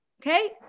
Okay